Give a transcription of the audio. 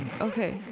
Okay